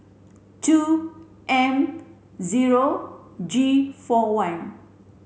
two M zero G four one